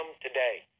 today